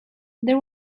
there